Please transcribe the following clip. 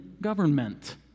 government